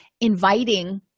inviting